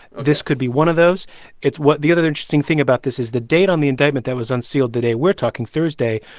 this could be one of those it's what the other interesting thing about this is the date on the indictment that was unsealed the day we're talking, thursday,